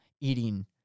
eating